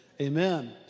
amen